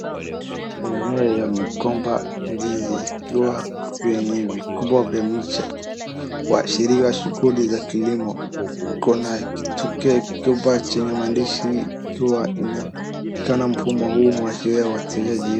Ni eneo ya migomba ndizi ikiwa kwenye vikubwa vya miche. Ushirika wa shughuli za kilimo iko na kitutuke kikubwa chenye maandishi ikiwa inaonekana mfumo huu wa ushirika wa wateja.